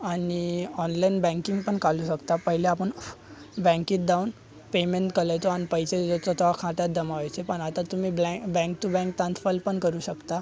आणि online banking पण करू शकता पहिले आपण बँकेत दाऊन पेमेंत करायचो आणि पैसे द्यायचो तेव्हा खात्यात दमा व्हायचे पण आता तुम्ही ब्लॅ बँक तू बँक तान्फल पण करू शकता